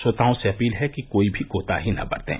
श्रोताओं से अपील है कि कोई भी कोताही न बरतें